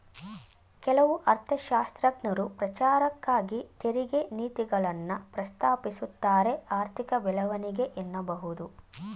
ಕೆಲವು ಅರ್ಥಶಾಸ್ತ್ರಜ್ಞರು ಪ್ರಚಾರಕ್ಕಾಗಿ ತೆರಿಗೆ ನೀತಿಗಳನ್ನ ಪ್ರಸ್ತಾಪಿಸುತ್ತಾರೆಆರ್ಥಿಕ ಬೆಳವಣಿಗೆ ಎನ್ನಬಹುದು